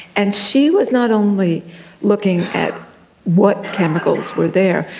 and she was not only looking at what chemicals were there,